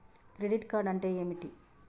Credit card అంటే ఏమిటి?